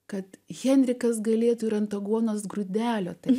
kad henrikas galėtų ir ant aguonos grūdelio tai